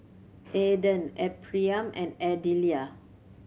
Aydan Ephriam and Adelia